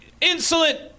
insolent